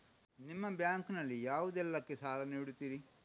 ನಿಮ್ಮ ಬ್ಯಾಂಕ್ ನಲ್ಲಿ ಯಾವುದೇಲ್ಲಕ್ಕೆ ಸಾಲ ನೀಡುತ್ತಿರಿ?